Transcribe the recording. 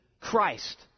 Christ